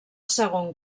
segon